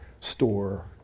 store